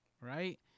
Right